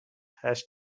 has